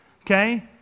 okay